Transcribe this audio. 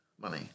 money